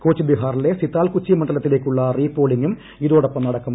കൂച്ച്ബെഹാറിലെ സിതാൽകുച്ചി മണ്ഡലത്തിലേക്കുള്ള റീപോളിങ്ങും ഇതോടൊപ്പം നടക്കും